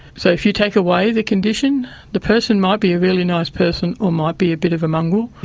so if you take away the condition the person might be a really nice person or might be a bit of a mongrel,